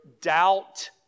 doubt